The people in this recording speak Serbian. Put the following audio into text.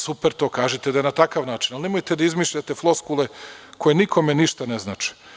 Super, to kažite na takav način, a nemojte da izmišljate floskule koje nikome ništa ne znače.